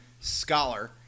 scholar